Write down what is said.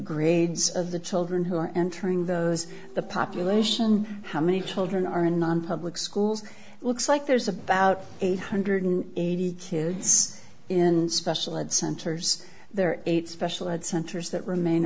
grades of the children who are entering those the population how many children are in nonpublic schools looks like there's about eight hundred eighty kids in special ed centers there are eight special ed centers that remain